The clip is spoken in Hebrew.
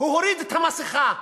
הוא הוריד את המסכה,